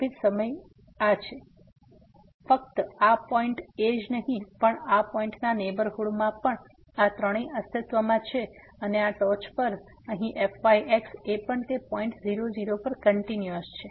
તેથી ફક્ત આ પોઈન્ટ એ જ નહીં પણ આ પોઈન્ટના નેહબરહુડમાં પણ આ ત્રણેય અસ્તિત્વમાં છે અને આ ટોચ પર અહીં fyx એ પણ તે પોઈન્ટ 0 0 પર કંટીન્યુઅસ છે